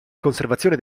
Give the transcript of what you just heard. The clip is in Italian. conservazione